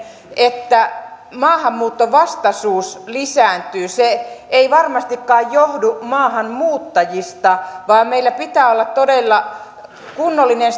että maahanmuuttovastaisuus lisääntyy se ei varmastikaan johdu maahanmuuttajista vaan meillä pitää olla todella kunnollinen